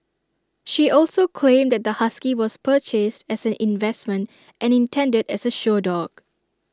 she also claimed that the husky was purchased as an investment and intended as A show dog